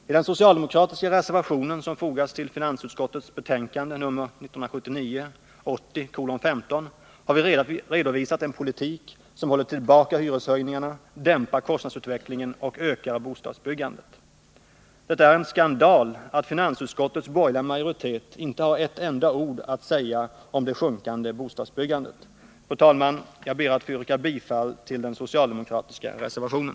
I den socialdemokratiska reservation som fogats till finansutskottets betänkande 1979/80:15 har vi redovisat en politik som håller tillbaka hyreshöjningarna, dämpar kostnadsutvecklingen och ökar bostadsbyggandet. Det är en skandal att finansutskottets borgerliga majoritet inte har ett enda ord att säga om det minskande bostadsbyggandet. Fru talman! Jag ber att få yrka bifall till den socialdemokratiska reservationen.